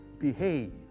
behave